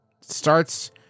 starts